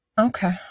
Okay